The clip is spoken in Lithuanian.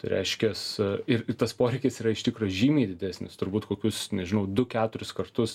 tai reiškias ir tas poreikis yra iš tikro žymiai didesnis turbūt kokius nežinau du keturis kartus